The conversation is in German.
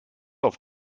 auf